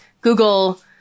Google